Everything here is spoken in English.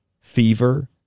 fever